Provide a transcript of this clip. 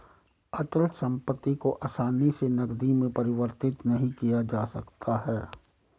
अचल संपत्ति को आसानी से नगदी में परिवर्तित नहीं किया जा सकता है